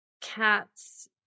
cats